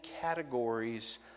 categories